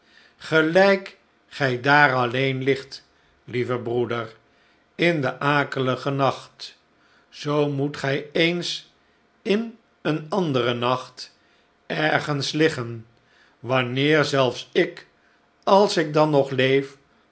gelijk gij daar alleen ligt lieve broeder in den akeligen nacht zoo moet gij eens in een anderen nacht ergens liggen wanneer zelfs ik als ik dan nog leef